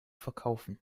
verkaufen